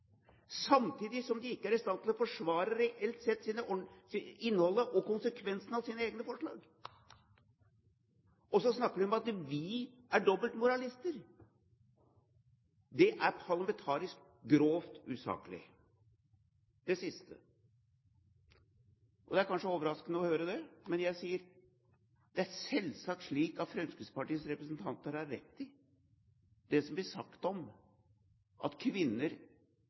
samtidig som de ikke er i stand til å forsvare, reelt sett, innholdet og konsekvensen av sine egne forslag. Og så snakker de om at vi er dobbeltmoralister! Det er parlamentarisk grovt usaklig. Det siste – og det er kanskje overraskende å høre det, men jeg sier det: Det er selvsagt slik at Fremskrittspartiets representanter har rett i det som blir sagt om at kvinner